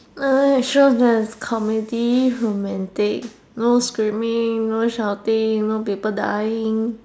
I like shows that's comedy romantic no screaming no shouting no people dying